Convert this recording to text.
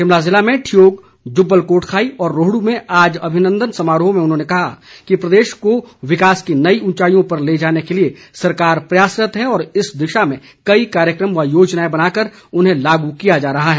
शिमला ज़िले में ठियोग जुब्बल कोटखाई और रोहड् में आज अभिनंदन समारोहों में उन्होंने कहा कि प्रदेश को विकास की नई उचाईयों पर ले जाने के लिए सरकार प्रयासरत है और इस दिशा में कई कार्यकम व योजनाएं बनाकर उन्हें लागू किया जा रहा है